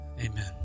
amen